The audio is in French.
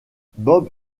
bob